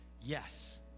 Yes